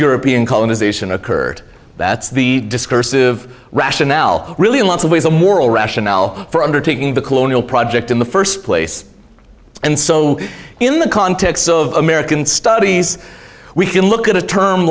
european colonization occurred that's the discursive rationale really in lots of ways a moral rationale for undertaking the colonial project in the first place and so in the context of american studies we can look at a term